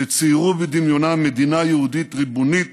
שציירו בדמיונם מדינה יהודית ריבונית